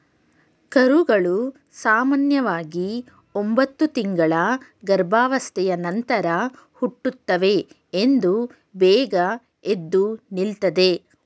ಕರುಗಳು ಸಾಮನ್ಯವಾಗಿ ಒಂಬತ್ತು ತಿಂಗಳ ಗರ್ಭಾವಸ್ಥೆಯ ನಂತರ ಹುಟ್ಟುತ್ತವೆ ಹಾಗೂ ಬೇಗ ಎದ್ದು ನಿಲ್ತದೆ